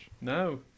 No